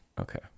Okay